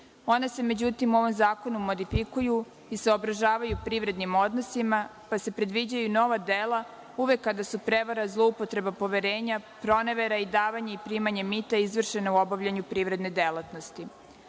Ona se međutim, u ovom zakonu modifikuju i saobražavaju privrednim odnosima, pa se predviđaju nova dela uvek kada su prevara, zloupotreba poverenja, pronevera i davanje i primanje mita izvršena u obavljanju privredne delatnosti.